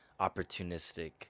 opportunistic